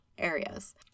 areas